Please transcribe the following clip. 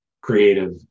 creative